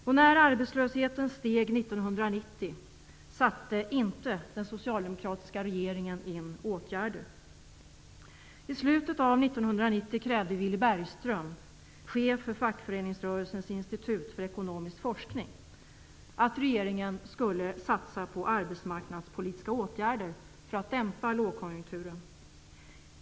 Och när arbetslösheten steg 1990 satte den socialdemokratiska regeringen inte in åtgärder. I Fackföreningsrörelsens institut för ekonomisk forskning, att regeringen skulle satsa på arbetsmarknadspolitiska åtgärder för att dämpa effekterna av lågkonjunkturen.